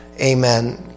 amen